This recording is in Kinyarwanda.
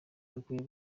dukwiye